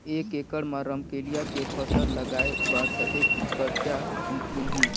एक एकड़ मा रमकेलिया के फसल लगाय बार कतेक कर्जा मिलही?